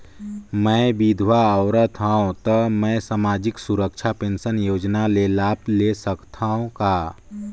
मैं विधवा औरत हवं त मै समाजिक सुरक्षा पेंशन योजना ले लाभ ले सकथे हव का?